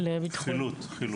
חילוט, חילוט.